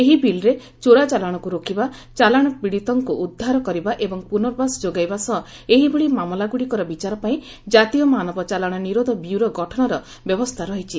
ଏହି ବିଲ୍ରେ ଚୋରାଚାଲାଣକୁ ରୋକିବା ଚାଲାଣ ପିଡ଼ିତଙ୍କୁ ଉଦ୍ଧାର କରିବା ଏବଂ ପୁନଃବାସ ଯୋଗାଇବା ସହ ଏହିଭଳି ମାମଲା ଗୁଡ଼ିକର ବିଚାର ପାଇଁ ଜାତୀୟ ମାନବ ଚାଲାଣ ନୀରୋଧ ବ୍ୟରୋ ଗଠନର ବ୍ୟବସ୍କା ରହିଛି